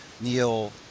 Neil